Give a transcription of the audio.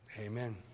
amen